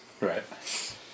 Right